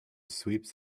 sweeps